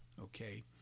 okay